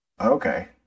Okay